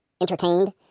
entertained